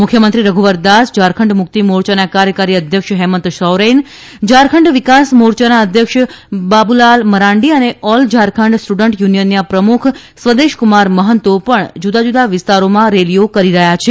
મુખ્યમંત્રી રધુવરદાસ ઝારખંડ મુક્તિ મોરચાના કાર્યકારી અધ્યક્ષ હેમંત શૌરેન ઝારખંડ વિકાસ મોરયાના અધ્યક્ષ બાબુલાલ મંરાડી અને ઓલ ઝારખંડ સ્ટુન્ડસ યુનિયનના પ્રમુખ સ્વદેશકુમાર મહંતો ણ જુદા જુદા વિસ્તારોમાં રેલીઓ કરી રહ્યા છે